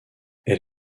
elle